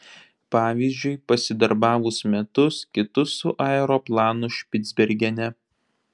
pavyzdžiui pasidarbavus metus kitus su aeroplanu špicbergene